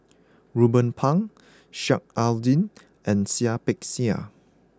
Ruben Pang Sheik Alau'ddin and Seah Peck Seah